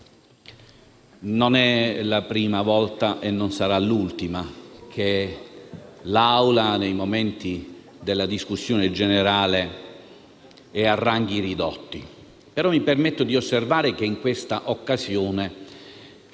Non è la prima volta e non sarà l'ultima che l'Assemblea, nei momenti di discussione generale, è a ranghi ridotti; ma mi permetto di osservare che in questa occasione